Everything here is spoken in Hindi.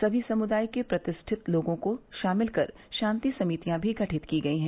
सभी समुदाय के प्रतिष्ठित लोगों को शामिल कर शांति समितियां भी गठित की गयी हैं